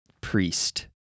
priest